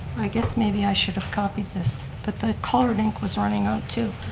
i guess maybe i should've copied this, but the colored ink was running out, too.